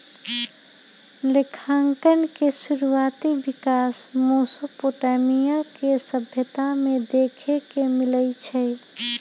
लेखांकन के शुरुआति विकास मेसोपोटामिया के सभ्यता में देखे के मिलइ छइ